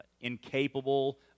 incapable